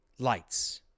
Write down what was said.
Lights